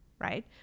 right